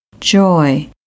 joy